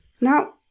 Now